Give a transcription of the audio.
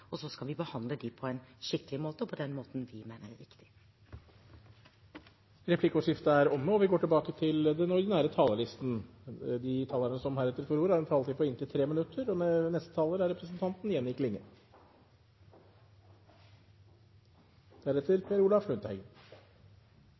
og så skal vi behandle dem på en skikkelig måte og på den måten vi mener er riktig. Replikkordskiftet er omme. De talere som heretter får ordet, har en taletid på inntil 3 minutter. Domstolane våre er heilt avgjerande for rettsstaten, og ein mangfaldig struktur på domstolane bidreg til at rettsstaten er